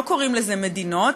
לא קוראים לזה "מדינות",